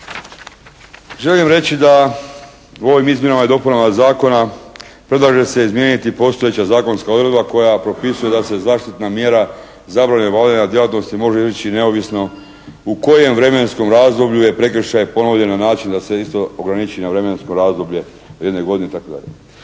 Želim reći da ovim izmjenama i dopunama zakona predlaže se izmijeniti postojeća zakonska odredba koja propisuje da se zaštitna mjera zabrane obavljanja djelatnosti može …/Govornik se ne razumije./… neovisno u kojem vremenskom razdoblju je prekršaj ponovljen na način da se isto ograniči na vremensko razdoblje od jedne godine